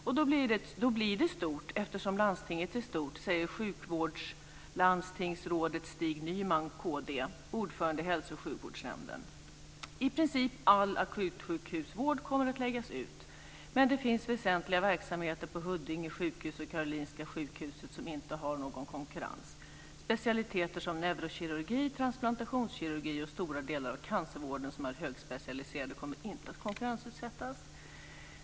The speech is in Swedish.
Och då blir det stort, eftersom landstinget är stort, säger sjukvårdslandstingsrådet Stig Nyman , ordförande i hälso och sjukvårdsnämnden. I princip all akutsjukvård kommer att läggas ut. Men det finns väsentliga verksamheter på Huddinge sjukhus och Karolinska sjukhuset som inte har någon konkurrens. Specialiteter som neurokirurgi, transplantationskirurgi och stora delar av cancervården, som är högspecialiserade, kommer inte att konkurrensutsättas.